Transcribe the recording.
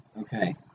Okay